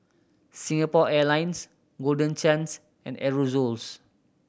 Singapore Airlines Golden Chance and Aerosoles